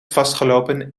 vastgelopen